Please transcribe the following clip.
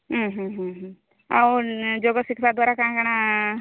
ଉଁ ହୁଁ ହୁଁ ହୁଁ ଆଉ ଯୋଗ ଶଖିବା ଦ୍ୱାରା କାଣ କାଣ